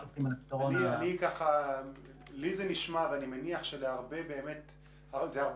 לי זה נשמע ואני מניח שלהרבה זה יותר